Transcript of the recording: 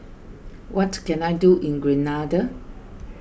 what can I do in Grenada